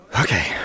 Okay